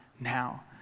now